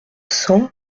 cents